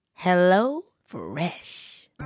HelloFresh